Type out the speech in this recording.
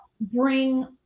bring